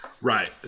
Right